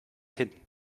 hin